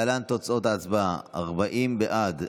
להלן תוצאות ההצבעה: 40 בעד,